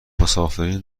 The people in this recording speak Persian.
مسافرین